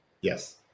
Yes